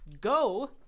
go